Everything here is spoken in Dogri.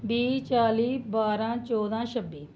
बीह् चाली बारां चौह्दां छब्बी